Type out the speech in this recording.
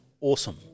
awesome